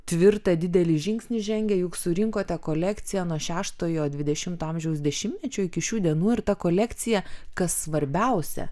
tvirtą didelį žingsnį žengė juk surinkote kolekciją nuo šeštojo dvidešimto amžiaus dešimtmečio iki šių dienų ir ta kolekcija kas svarbiausia